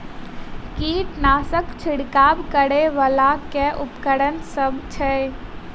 कीटनासक छिरकाब करै वला केँ उपकरण सब छै?